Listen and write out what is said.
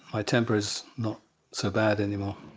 my temper is not so bad any more